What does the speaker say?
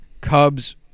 Cubs